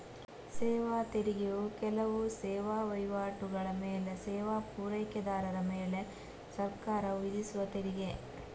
ಸೇವಾ ತೆರಿಗೆಯು ಕೆಲವು ಸೇವಾ ವೈವಾಟುಗಳ ಮೇಲೆ ಸೇವಾ ಪೂರೈಕೆದಾರರ ಮೇಲೆ ಸರ್ಕಾರವು ವಿಧಿಸುವ ತೆರಿಗೆ